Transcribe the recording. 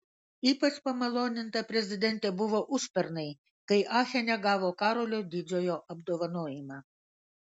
ypač pamaloninta prezidentė buvo užpernai kai achene gavo karolio didžiojo apdovanojimą